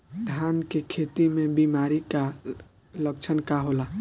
धान के खेती में बिमारी का लक्षण का होला?